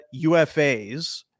UFAs